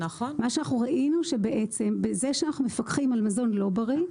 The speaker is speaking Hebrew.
מה שאנחנו ראינו שבעצם בזה שאנחנו פקחים על מזון לא בריא,